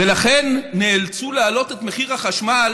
ולכן נאלצו להעלות את מחיר החשמל